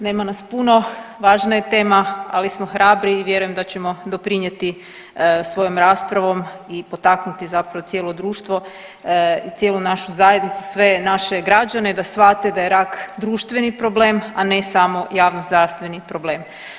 Nema nas puno, važna je tema, ali smo hrabri i vjerujem da ćemo doprinijeti svojom raspravom i potaknuti zapravo cijelo društvo i cijelu našu zajednicu, sve naše građane da shvate da jer rak društveni problem, a ne samo javnozdravstveni problem.